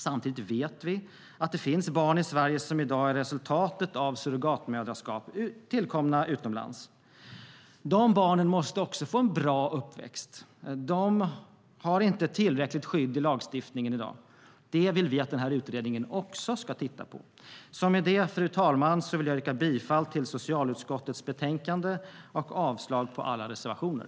Samtidigt vet vi att det i Sverige i dag finns barn som är resultatet av surrogatmoderskap, även om barnen är tillkomna utomlands. Även de barnen måste få en bra uppväxt. De har inte tillräckligt skydd i lagstiftningen i dag. Det vill vi att utredningen ska titta på också. Med det, fru talman, vill jag yrka bifall till socialutskottets förslag och avslag på alla reservationer.